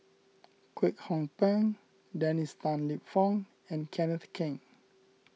Kwek Hong Png Dennis Tan Lip Fong and Kenneth Keng